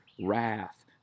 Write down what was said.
wrath